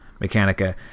Mechanica